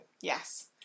Yes